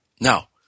Now